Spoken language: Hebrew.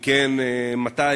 אם כן, מתי?